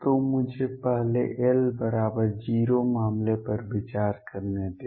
तो मुझे पहले l बराबर 0 मामले पर विचार करने दें